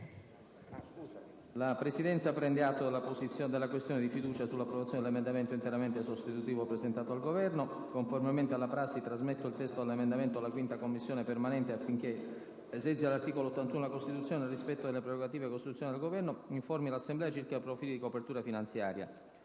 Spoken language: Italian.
la Presidenza prende atto dell'apposizione della questione di fiducia sull'approvazione dell'emendamento interamente sostitutivo presentato dal Governo. Pertanto, conformemente alla prassi, trasmetto il testo dell'emendamento alla 5a Commissione permanente affinché, ai sensi dell'articolo 81 della Costituzione e nel rispetto delle prerogative costituzionali del Governo, informi l'Assemblea circa i profili di copertura finanziaria.